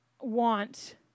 want